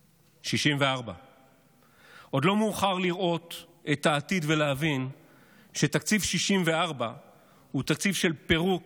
64. עוד לא מאוחר לראות את העתיד ולהבין שתקציב 64 הוא תקציב של פירוק,